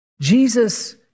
Jesus